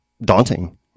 daunting